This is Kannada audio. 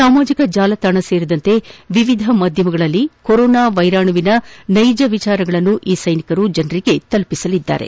ಸಾಮಾಜಿಕ ಜಾಲತಾಣ ಸೇರಿದಂತೆ ವಿವಿಧ ಮಾಧ್ವಮಗಳಲ್ಲಿ ಕೊರೋನಾ ವೈರಸ್ನ ನೈಜ ವಿಚಾರಗಳನ್ನು ಈ ಸೈನಿಕರು ಜನರಿಗೆ ಮುಟ್ಟಿಸಲಿದ್ದಾರೆ